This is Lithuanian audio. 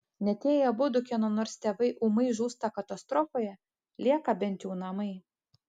net jei abudu kieno nors tėvai ūmai žūsta katastrofoje lieka bent jau namai